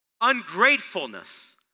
Ungratefulness